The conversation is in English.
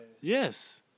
Yes